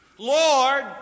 Lord